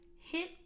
hit